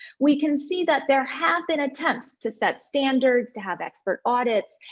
we can see that there have been attempts to set standards, to have expert audits,